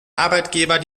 arbeitgeber